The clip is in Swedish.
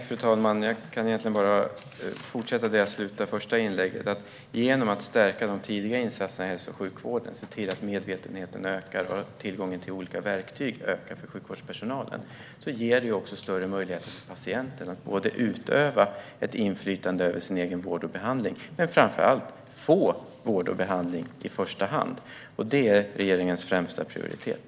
Fru talman! Jag kan fortsätta där jag slutade i det första inlägget. Genom att stärka de tidiga insatserna i hälso och sjukvården, se till att medvetenheten ökar och se till att tillgången till olika verktyg ökar för sjukvårdspersonalen ger vi också större möjligheter för patienterna att utöva ett inflytande över sin egen vård och behandling, men framför allt att få vård och behandling i första hand. Det är regeringens främsta prioritet.